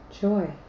joy